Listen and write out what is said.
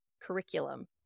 curriculum